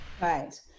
Right